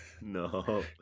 No